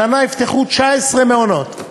השנה יפתחו 19 מעונות,